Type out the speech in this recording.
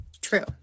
True